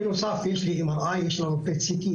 בנוסף יש לי MRI יש לנו פט סיטי,